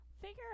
Figure